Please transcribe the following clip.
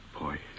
boy